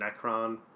Necron